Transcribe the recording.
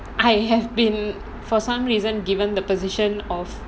I have been for some reason given the position of